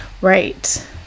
Right